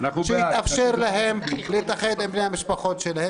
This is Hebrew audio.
שיתאפשר להם להתאחד עם בני המשפחות שלהם.